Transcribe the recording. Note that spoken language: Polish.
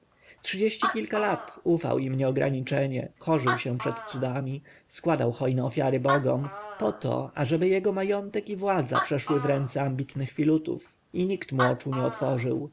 trzydzieści kilka lat ufał im nieograniczenie korzył się przed cudami składał hojne ofiary bogom poto ażeby jego majątek i władza przeszła w ręce ambitnych filutów i nikt mu oczu nie otworzył